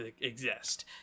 exist